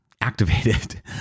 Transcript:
activated